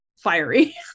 fiery